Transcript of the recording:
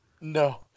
No